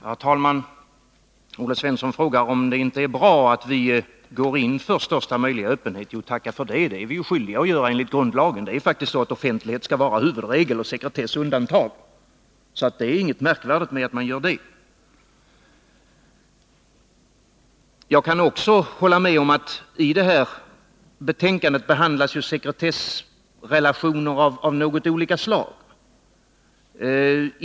Herr talman! Olle Svensson frågar om det inte är bra att vi går in för största möjliga öppenhet. Jo, tacka för det — det är vi ju skyldiga att göra enligt grundlagen! Det är faktiskt så att offentlighet skall vara huvudregel och sekretess undantag. Så det är inget märkvärdigt med att man gör det. Jag kan också hålla med om att i betänkandet behandlas sekretessrelationer av något olika slag.